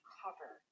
cover